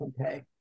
Okay